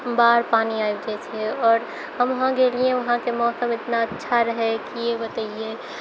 बाढ़ पानी आबि जाइ छै आओर हम वहाँ गेलिए वहाँके मौसम एतना अच्छा रहै कि बतैइए